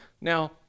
Now